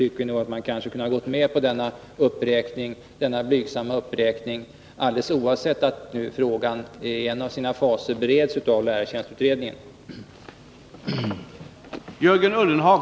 Enligt vår mening borde man således ha kunnat gå med på denna blygsamma uppräkning, alldeles oavsett beredningen av lärartjänstutredningens förslag.